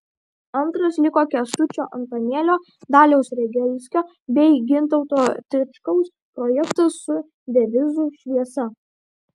antras liko kęstučio antanėlio daliaus regelskio bei gintauto tiškaus projektas su devizu šviesa